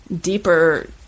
deeper